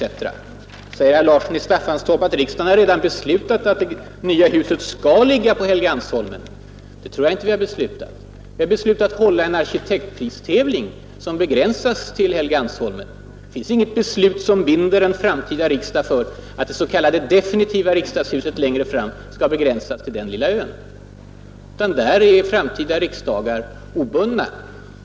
Så säger herr Larsson i Staffanstorp att riksdagen redan har beslutat att det nya huset skall ligga på Helgeandsholmen. Det tror jag inte att vi har bestämt. Vi har beslutat att hålla en arkitetpristävling som begränsas till Helgeandsholmen. Men det finns inget beslut som binder framtida riksdagar för att byggandet av det s.k. definitiva riksdagshuset längre fram skall begränsas till den lilla ön. På den punkten är framtida riksdagar obundna.